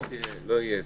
לא יהיה הבדל.